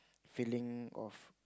feeling of